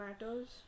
matters